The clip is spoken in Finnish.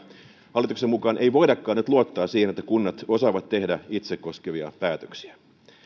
hallituksen mukaan ei voidakaan nyt luottaa siihen että kunnat osaavat tehdä itseään koskevia päätöksiä